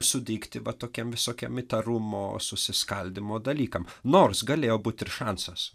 sudygti va tokiem visokiem įtarumo susiskaldymo dalykam nors galėjo būti ir šansas